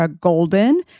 Golden